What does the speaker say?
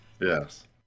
yes